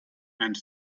and